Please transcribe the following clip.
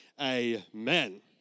amen